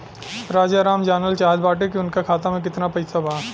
राजाराम जानल चाहत बड़े की उनका खाता में कितना पैसा बा?